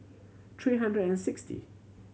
three hundred and sixty